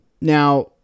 Now